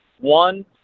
One